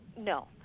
no